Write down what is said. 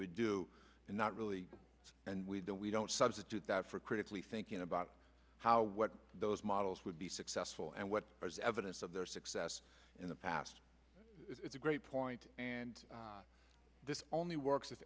would do and not really and we don't we don't substitute that for critically thinking about how what those models would be successful and what was evidence of their success in the past it's a great point and this only